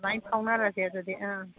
ꯑꯗꯨꯃꯥꯏꯅ ꯐꯥꯎꯅꯔꯁꯦ ꯑꯗꯨꯗꯤ ꯑꯥ